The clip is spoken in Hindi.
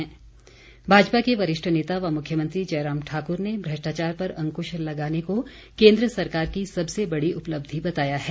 जयराम भाजपा के वरिष्ठ नेता व मुख्यमंत्री जयराम ठाकुर ने भ्रष्टाचार पर अंकुश लगाने को केन्द्र सरकार की सबसे बड़ी उपलब्धि बताया है